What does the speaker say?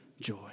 joy